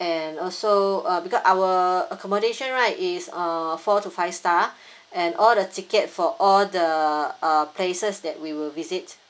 and also uh because our accommodation right is uh four to five star and all the tickets for all the uh places that we will visit